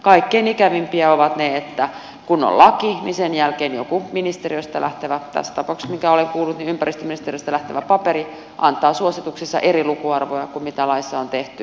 kaikkein ikävimpiä ovat ne että kun on laki niin sen jälkeen joku ministeriöstä lähtevä tässä tapauksessa mitä olen kuullut ympäristöministeriöstä lähtevä paperi antaa suosituksissa eri lukuarvoja kuin mitä laissa on tehty